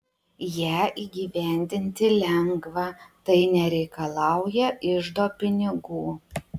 ją įgyvendinti lengva tai nereikalauja iždo pinigų